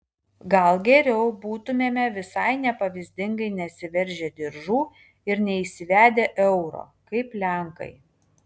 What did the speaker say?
gal geriau būtumėme visai nepavyzdingai nesiveržę diržų ir neįsivedę euro kaip lenkai